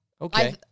Okay